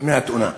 אחרי התאונה,